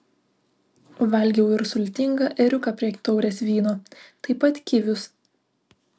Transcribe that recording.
valgiau ir sultingą ėriuką prie taurės vyno taip pat kivius